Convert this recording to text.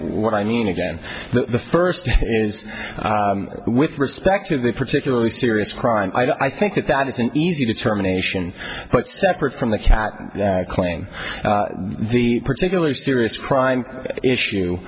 what i mean again the first is with respect to the particularly serious crime i think that that is an easy determination but separate from the cat claim in the particular serious crime issue